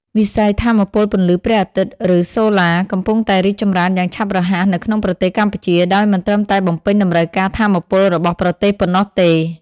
វិស័យថាមពលពន្លឺព្រះអាទិត្យ ឬ "សូឡា" កំពុងតែរីកចម្រើនយ៉ាងឆាប់រហ័សនៅក្នុងប្រទេសកម្ពុជា ដោយមិនត្រឹមតែបំពេញតម្រូវការថាមពលរបស់ប្រទេសប៉ុណ្ណោះទេ។